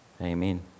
Amen